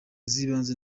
z’ibanze